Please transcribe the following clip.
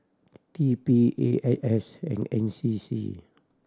T P A N S and N C C